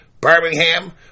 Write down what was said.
Birmingham